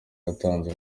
atanze